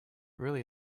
really